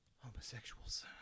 homosexuals